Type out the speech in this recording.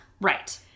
Right